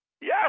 Yes